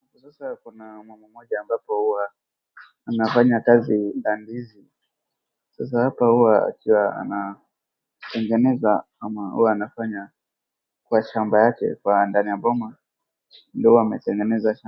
Sasa kuna mama mmoja ambapo hua anafanya kazi kwa ndizi sasa hapa huwa ana tengeneza ama huwa anafanya kwa shamba yake kwa ndani ya boma ndio huwa ametengeneza shamba.